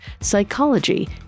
psychology